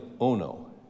Ono